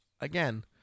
again